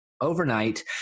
overnight